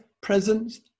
presence